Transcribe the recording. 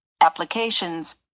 Applications